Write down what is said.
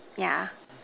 yeah